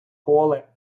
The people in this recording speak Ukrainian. поле